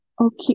Okay